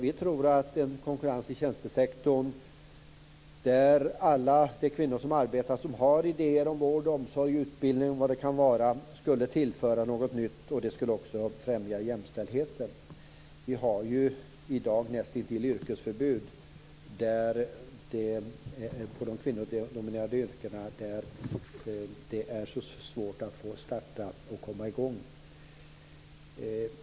Vi tror att konkurrens inom tjänstesektorn, där det arbetar kvinnor som har idéer om vård, omsorg och utbildning, skulle tillföra något nytt. Det skulle också främja jämställdheten. Vi har ju i dag näst intill yrkesförbud inom de kvinnodominerade yrkena, där det är så svårt att få starta och komma i gång.